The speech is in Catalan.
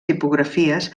tipografies